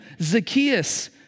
Zacchaeus